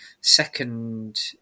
Second